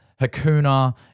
hakuna